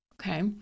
okay